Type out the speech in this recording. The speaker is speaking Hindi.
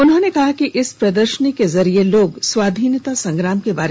उन्होंने कहा कि इस प्रदर्शनी के जरिए लोग स्वाधीनता संग्राम के बारे में जानेंगे